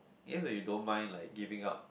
yes that you don't mind like giving up